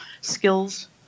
skills